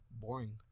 boring